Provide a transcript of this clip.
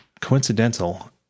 coincidental